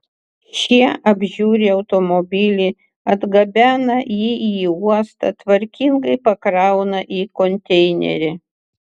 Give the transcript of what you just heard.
šie apžiūri automobilį atgabena jį į uostą tvarkingai pakrauna į konteinerį